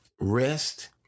rest